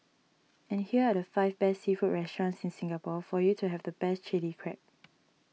and here are the five best seafood restaurants in Singapore for you to have the best Chilli Crab